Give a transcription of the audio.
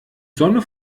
sonne